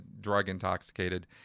drug-intoxicated